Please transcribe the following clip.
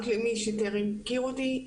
רק למי שטרם מכיר אותי,